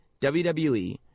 WWE